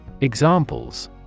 Examples